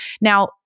Now